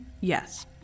yes